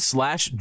Slash